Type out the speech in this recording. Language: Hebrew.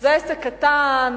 זה עסק קטן,